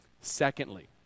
Secondly